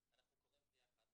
והראוי.